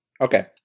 Okay